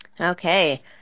Okay